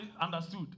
understood